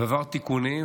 ועבר תיקונים.